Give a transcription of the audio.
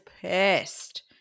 pissed